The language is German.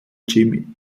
jim